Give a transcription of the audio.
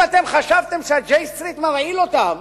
אם אתם חשבתם שה-J Street מרעיל אותם,